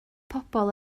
pobl